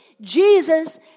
Jesus